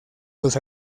los